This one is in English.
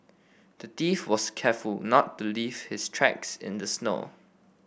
the thief was careful to not leave his tracks in the snow